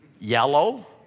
Yellow